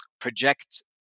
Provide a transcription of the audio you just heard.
project